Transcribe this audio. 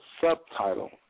subtitle